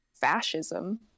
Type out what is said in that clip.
fascism